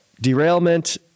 Derailment